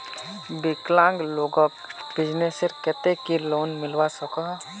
विकलांग लोगोक बिजनेसर केते की लोन मिलवा सकोहो?